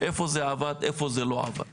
איפה זה עבד, איפה זה לא עבד.